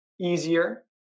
easier